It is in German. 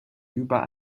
über